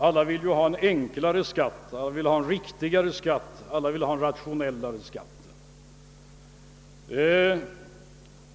Alla vill ha en enklare skatt, alla vill ha en riktigare skatt, alla vill ha en rationellare skatt.